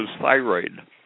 thyroid